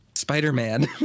Spider-Man